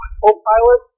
co-pilot